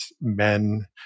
men